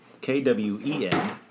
K-W-E-N